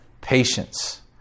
patience